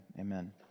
Amen